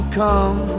come